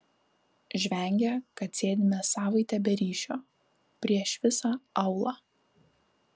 žvengia kad sėdime savaitę be ryšio prieš visą aūlą